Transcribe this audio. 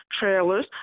trailers